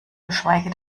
geschweige